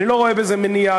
אני לא רואה בזה מניעה,